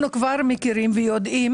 מכירים ויודעים